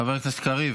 חבר הכנסת קריב,